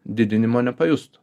didinimo nepajustų